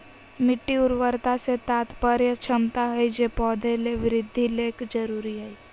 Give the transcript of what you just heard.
मिट्टी उर्वरता से तात्पर्य क्षमता हइ जे पौधे के वृद्धि ले जरुरी हइ